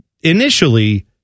initially